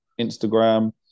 instagram